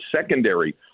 secondary –